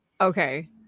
Okay